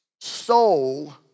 soul